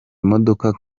modoka